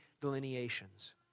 delineations